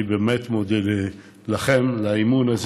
אני באמת מודה לכם על האמון הזה